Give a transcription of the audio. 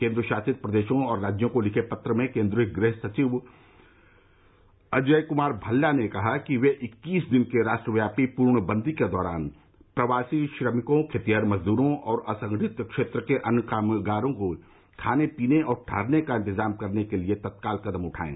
केंद्रशासित प्रदेशों और राज्यों को लिखे पत्र में केंद्रीय गृह सचिव अजय कुमार भल्ला ने कहा है कि वे इक्कीस दिन के राष्ट्रव्यापी पूर्णबंदी के दौरान प्रवासी श्रमिकों खेतिहर मजदूरों और असंगठित क्षेत्र के अन्य कामगारों के खाने पीने और ठहरने का इंतजाम करने के लिए तत्काल कदम उठाएं